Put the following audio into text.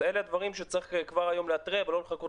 אלה הדברים שצריך כבר היום להתריע ולא לחכות